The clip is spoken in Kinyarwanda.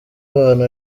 abantu